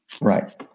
Right